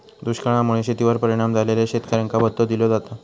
दुष्काळा मुळे शेतीवर परिणाम झालेल्या शेतकऱ्यांका भत्तो दिलो जाता